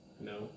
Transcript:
No